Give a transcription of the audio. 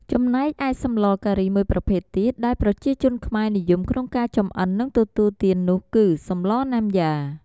ចំណែកឯសម្លការីមួយប្រភេទទៀតដែលប្រជាជនខ្មែរនិយមក្នុងការចម្អិន និងទទួលទាននោះគឺ សម្លណាំយ៉ា។